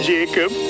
Jacob